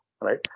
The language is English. right